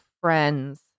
Friends